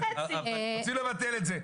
צריכים לבטל את זה.